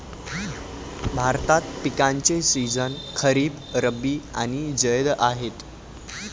भारतात पिकांचे सीझन खरीप, रब्बी आणि जैद आहेत